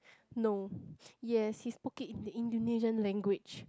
no yes he spoke it in the Indonesian language